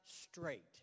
straight